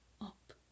up